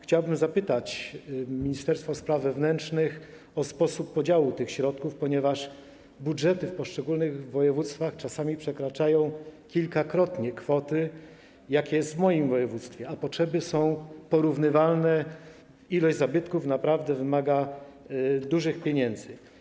Chciałbym zapytać Ministerstwo Spraw Wewnętrznych i Administracji o sposób podziału tych środków, ponieważ budżety w poszczególnych województwach czasami przekraczają kilkakrotnie kwoty, jak jest w moim województwie, a potrzeby są porównywalne, ileś zabytków naprawdę wymaga dużych pieniędzy.